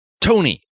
Tony